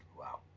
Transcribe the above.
wow